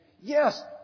yes